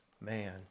man